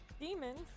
demons